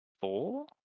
four